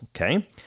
okay